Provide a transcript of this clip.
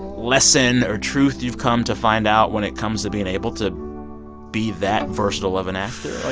lesson or truth you've come to find out when it comes to being able to be that versatile of an actor? like,